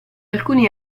alcuni